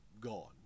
gone